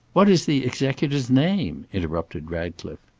what is the executor's name? interrupted ratcliffe.